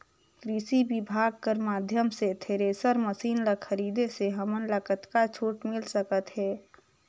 कृषि विभाग कर माध्यम से थरेसर मशीन ला खरीदे से हमन ला कतका छूट मिल सकत हे?